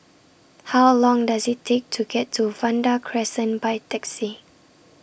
How Long Does IT Take to get to Vanda Crescent By Taxi